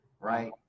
right